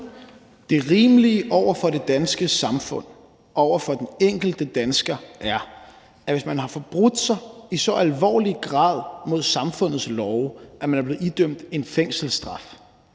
Det rimelige over for det danske samfund, over for den enkelte dansker er, at hvis man har forbrudt sig i så alvorlig grad mod samfundets love, at man er blevet idømt en fængselsstraf,